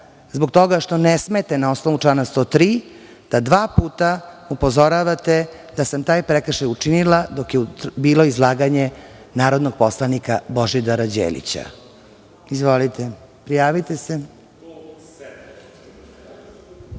zbog toga što ne smete na osnovu člana 103. da dva puta upozoravate da sam taj prekršaj učinila dok je bilo izlaganje narodnog poslanika Božidara Đelića. Izvolite.